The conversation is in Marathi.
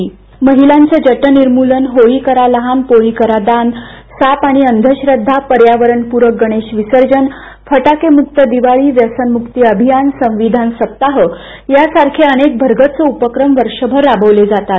किर्तन महीलांचे जटनिर्मूलन होळी करा लहान पोळी करा दान साप आणि अंधश्रद्वा पर्यावरणप्रक गणेश विसर्जन फटाकेमुक्त दिवाळी व्यसनमुक्ती अभियान संविधान सप्ताह यासारखे अनेक भरगच्च उपक्रम वर्षभर राबवले जातात